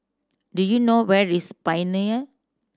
do you know where is Pioneer